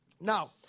Now